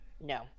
no